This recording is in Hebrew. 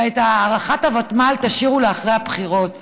ואת הארכת הוותמ"ל תשאירו עד אחרי הבחירות,